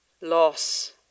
loss